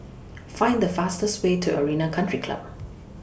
Find The fastest Way to Arena Country Club